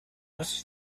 was